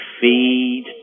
feed